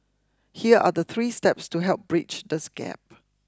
here are the three steps to help bridge this gap